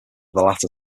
latter